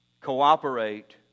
cooperate